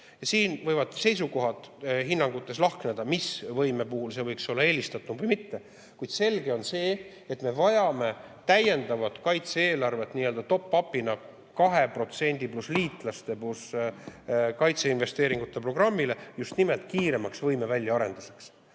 Siin võivad seisukohad hinnangutes lahkneda, mis võime puhul see võiks olla eelistatum ja millise puhul mitte, kuid selge on see, et me vajame täiendavat kaitse-eelarvet nii-öeldatop-up'ina 2%, pluss liitlaste ja pluss kaitseinvesteeringute programm just nimelt kiiremaks võime väljaarenduseks.